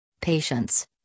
Patience